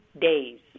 days